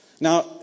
Now